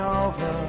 over